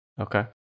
Okay